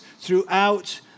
throughout